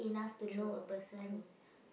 true true